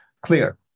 clear